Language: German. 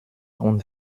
und